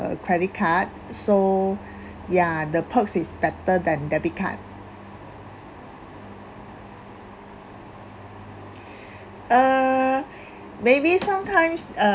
credit card so ya the perks is better than debit card err maybe sometimes uh